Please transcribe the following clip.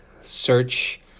search